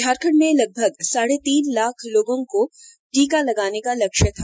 झारखंड में लगभग साढ़े तीन लाख लोगों को टीका लगाने का लक्ष्य था